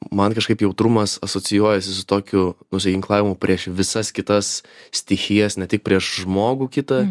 man kažkaip jautrumas asocijuojasi su tokiu nusiginklavimu prieš visas kitas stichijas ne tik prieš žmogų kitą